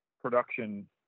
production